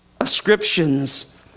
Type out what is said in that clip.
ascriptions